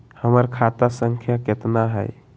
हमर खाता संख्या केतना हई?